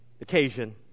occasion